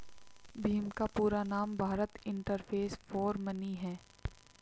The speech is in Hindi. भीम का पूरा नाम भारत इंटरफेस फॉर मनी होता है